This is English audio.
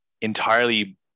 entirely